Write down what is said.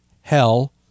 Hell